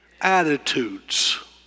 attitudes